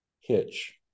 Hitch